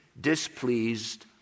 displeased